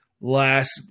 last